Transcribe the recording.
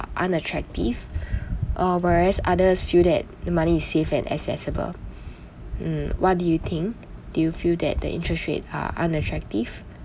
unattractive uh whereas others feel that the money is safe and accessible mm what do you think do you feel that the interest rate are unattractive